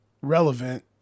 relevant